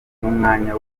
n’umwanya